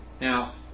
Now